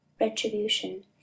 retribution